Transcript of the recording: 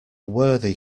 worthy